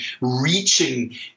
reaching